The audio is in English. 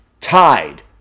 tied